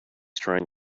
trying